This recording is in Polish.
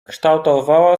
kształtowała